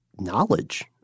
knowledge